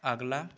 अगला